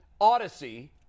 Odyssey